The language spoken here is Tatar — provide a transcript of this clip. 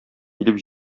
килеп